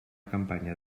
campanya